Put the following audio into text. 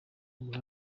ubwa